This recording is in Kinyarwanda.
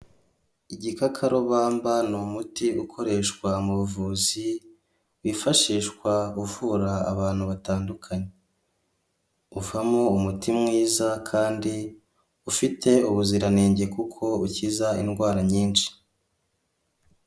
Igikakarubamba ni umuti ukoreshwa mu buvuzi, wifashishwa uvura abantu batandukanye uvamo umuti mwiza kandi ufite ubuziranenge kuko ukiza indwara nyinshi.